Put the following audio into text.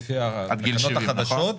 לפי התקנות החדשות,